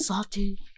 Salty